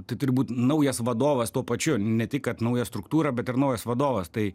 tai turbūt naujas vadovas tuo pačiu ne tik kad nauja struktūra bet ir naujas vadovas tai